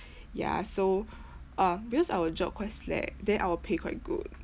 ya so uh because our job quite slack then our pay quite good